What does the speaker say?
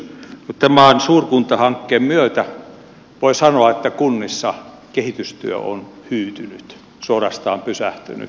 tämän suurkuntahankkeen myötä voi sanoa että kunnissa kehitystyö on hyytynyt suorastaan pysähtynyt